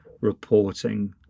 reporting